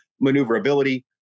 maneuverability